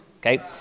Okay